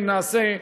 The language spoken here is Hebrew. אם נעשה,